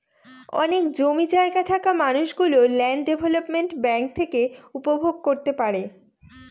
অনেক জমি জায়গা থাকা মানুষ গুলো ল্যান্ড ডেভেলপমেন্ট ব্যাঙ্ক থেকে উপভোগ করতে পারে